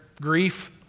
grief